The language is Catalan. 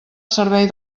servei